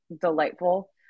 delightful